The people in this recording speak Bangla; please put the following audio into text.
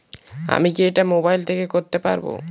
আমি কি এটা মোবাইল থেকে করতে পারবো?